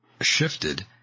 shifted